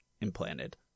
implanted